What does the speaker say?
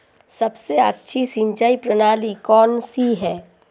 सबसे अच्छी सिंचाई प्रणाली कौन सी है?